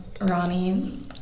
Ronnie